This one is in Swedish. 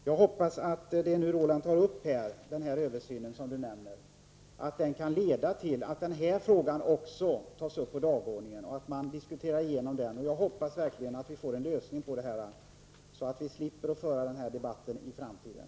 Jag hoppas att den översyn som Roland Brännström tar upp kan leda till att även den här frågan kommer upp på dagordningen och att man diskuterar igenom den. Jag hoppas verkligen att vi får en lösning, så att vi slipper föra denna debatt i framtiden.